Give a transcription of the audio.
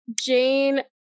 Jane